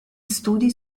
studi